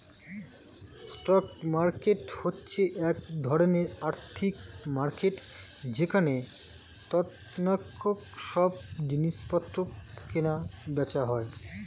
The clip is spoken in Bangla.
স্টক মার্কেট হচ্ছে এক ধরণের আর্থিক মার্কেট যেখানে তৎক্ষণাৎ সব জিনিসপত্র কেনা বেচা হয়